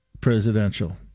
presidential